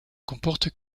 comporte